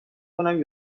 کنم